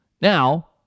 Now